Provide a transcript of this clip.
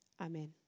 Amen